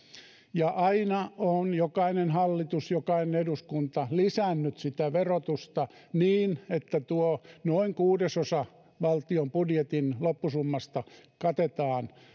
ja jokainen hallitus jokainen eduskunta on lisännyt sitä verotusta niin että tuo noin kuudesosa valtion budjetin loppusummasta katetaan